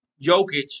Jokic